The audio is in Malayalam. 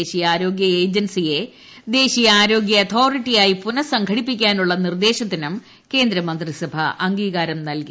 ദേശീയ ആരോഗ്യ ഏജൻസിയെ ദേശീയ ആരോഗ്യ അതോറിറ്റിയായി പുനഃസംഘടിപ്പിക്കാനുള്ള നിർദ്ദേശത്തിനും കേന്ദ്രമന്ത്രിസഭ അംഗീകാരം നൽകി